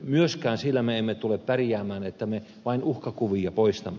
myöskään sillä me emme tule pärjäämään että me vain uhkakuvia poistamme